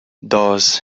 does